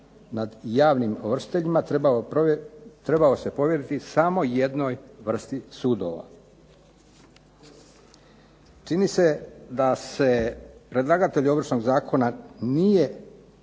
nad javnim ovršiteljima trebao se povjeriti samo jednoj vrsti sudova. Čini se da se predlagatelju ovršnog zakona nije